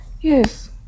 Yes